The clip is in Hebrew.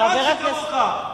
גזען שכמוך.